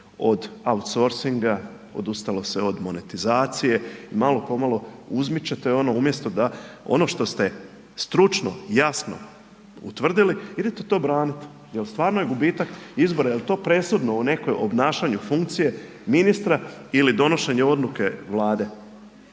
od outsourcinga, odustalo se od monetizacije i malo pomalo uzmičete umjesto da ono što ste stručno, jasno utvrdili, idete to branit, jel stvarno je gubitak izbora, jel to presudno u nekoj obnašanju funkcije ministra ili donošenja odluke Vlade?